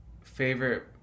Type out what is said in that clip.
favorite